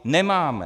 Nemáme!